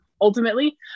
ultimately